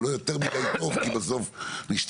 אבל לא יותר מדי טוב כי בסוף נשתגע.